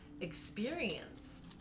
experience